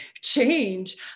change